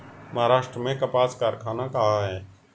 महाराष्ट्र में कपास कारख़ाना कहाँ है?